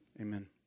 amen